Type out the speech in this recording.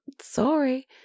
sorry